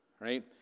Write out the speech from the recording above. right